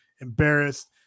embarrassed